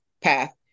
path